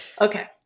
Okay